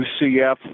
UCF